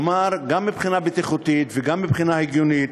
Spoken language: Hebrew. כלומר, גם מבחינה בטיחותית וגם מבחינה הגיונית,